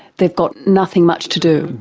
they've got nothing much to do?